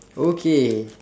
okay